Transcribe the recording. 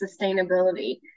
sustainability